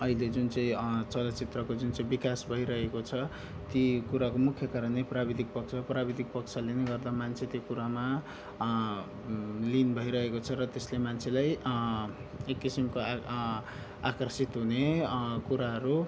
अहिले जुन चाहिँ चलचित्रको जुन चाहिँ विकास भइरहेको छ ती कुराको मुख्य कारणै प्राविधिक पक्ष हो प्राविधिक पक्षले नै गर्दा मान्छे त्यो कुरामा लीन भइरहेको छ र त्यसले मान्छेलाई एक किसिमको आकर्षित हुने कुराहरू